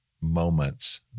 moments